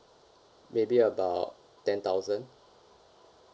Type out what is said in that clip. maybe about ten thousand